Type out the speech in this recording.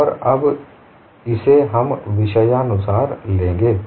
और अब इसे हम विषयानुसार लेंगे